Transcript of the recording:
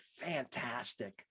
fantastic